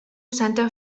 santa